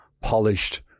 polished